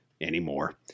anymore